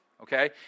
okay